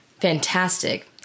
fantastic